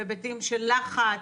בהיבטים של לחץ,